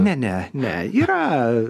ne ne ne yra